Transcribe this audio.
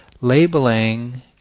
Labeling